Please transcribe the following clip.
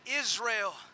Israel